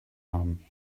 haben